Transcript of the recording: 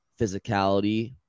physicality